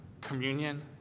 communion